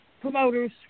promoters